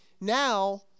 Now